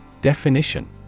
Definition